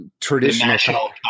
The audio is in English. traditional